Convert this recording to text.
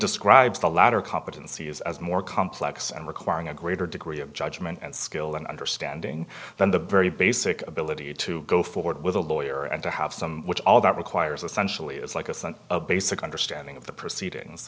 describes the latter competency is as more complex and requiring a greater degree of judgment and skill and understanding than the very basic ability to go forward with a lawyer and to have some which all that requires essential is like a sense of basic understanding of the proceedings